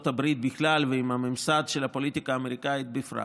הברית בכלל ועם הממסד של הפוליטיקה האמריקאית בפרט,